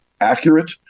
accurate